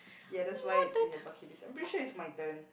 ya that's why it's in your bucket list make sure it's my turn